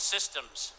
Systems